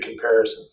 comparison